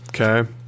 Okay